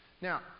Now